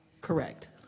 Correct